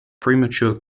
premature